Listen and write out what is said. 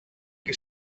che